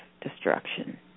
destruction